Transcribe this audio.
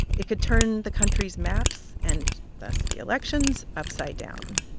it could turn the country's maps, and thus the elections, upside down.